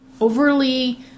overly